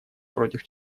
против